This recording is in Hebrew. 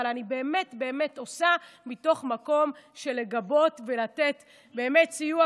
אבל אני באמת באמת עושה מתוך מקום של לגבות ולתת באמת סיוע.